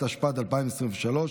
התשפ"ד 2023,